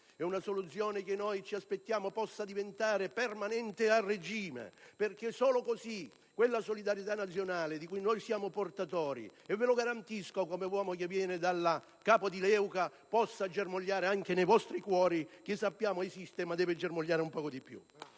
È una soluzione che noi ci aspettiamo possa diventare permanente e a regime perché solo così quella solidarietà nazionale, di cui siamo portatori - e ve lo garantisco come uomo che viene da Capo di Leuca - possa germogliare di più anche nei vostri cuori dove sappiamo che già esiste. *(Applausi dal